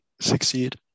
succeed